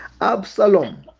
absalom